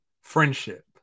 friendship